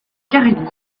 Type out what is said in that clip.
carélie